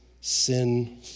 sin